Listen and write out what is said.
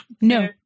No